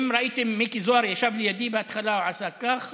אם ראיתם, מיקי זוהר, ישב לידי בהתחלה, עשה ככה,